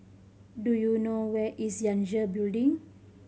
do you know where is Yangtze Building